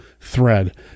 thread